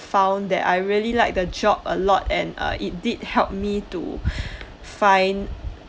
found that I really liked the job a lot and uh it did help me to find